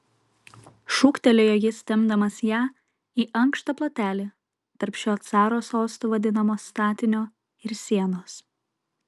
šūktelėjo jis tempdamasis ją į ankštą plotelį tarp šio caro sostu vadinamo statinio ir sienos